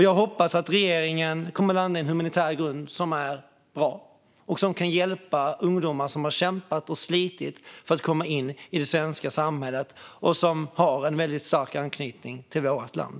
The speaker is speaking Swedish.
Jag hoppas att regeringen kommer att landa i en humanitär grund som är bra och som kan hjälpa ungdomar som har kämpat och slitit för att komma in i det svenska samhället och som har en väldigt stark anknytning till vårt land.